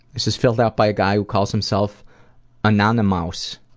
this is filled out by a guy who calls himself anonymouse.